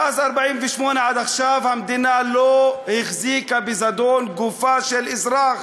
מאז 48' עד עכשיו המדינה לא החזיקה בזדון גופה של אזרח